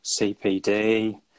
cpd